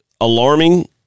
alarming